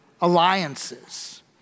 alliances